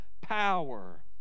power